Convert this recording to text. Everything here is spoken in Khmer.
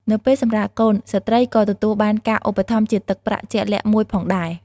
នៅពេលសម្រាលកូន ស្ត្រីក៏ទទួលបានការឧបត្ថម្ភជាទឹកប្រាក់ជាក់លាក់មួយផងដែរ។